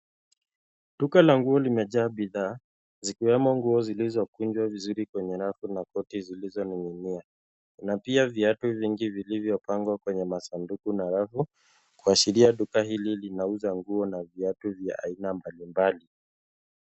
Duka la nguo limejaa bidhaa, zikiwemo nguo zilizokunjwa vizuri kwenye rafu na koti zilizoning'inia, na pia viatu vingi vilivyopangwa kwenye masanduku na rafu kuashiria duka hili linauza nguo na viatu vya aina mbalimbali.